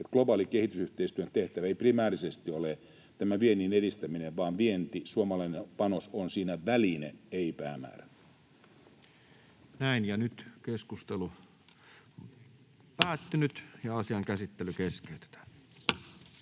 globaalin kehitysyhteistyön tehtävä ei primäärisesti ole tämä viennin edistäminen vaan että vienti, suomalainen panos, on siinä väline eikä päämäärä. Toiseen käsittelyyn ja ainoaan käsittelyyn esitellään